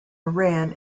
iran